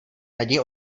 raději